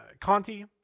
Conti